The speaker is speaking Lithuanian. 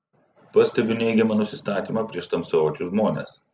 pastebiu neigiamą nusistatymą prieš tamsiaodžius žmones